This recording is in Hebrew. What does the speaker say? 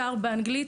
אתר באנגלית,